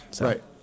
Right